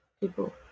people